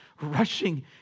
rushing